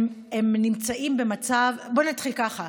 הם נמצאים במצב, נתחיל ככה.